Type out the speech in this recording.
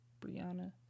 Brianna